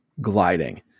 gliding